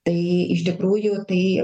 tai iš tikrųjų tai